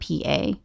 PA